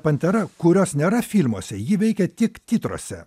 pantera kurios nėra filmuose ji veikia tik titruose